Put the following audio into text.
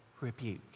rebuke